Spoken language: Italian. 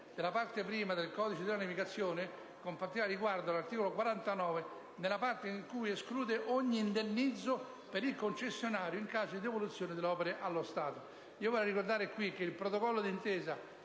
della parte I del Codice della navigazione, con particolare riguardo all'articolo 49, nella parte in cui esclude ogni indennizzo per il concessionario in caso di devoluzione delle opere allo Stato». Al riguardo vorrei ricordare che il protocollo di intesa